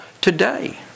today